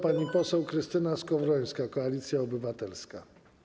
Pani poseł Krystyna Skowrońska, Koalicja Obywatelska.